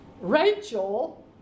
Rachel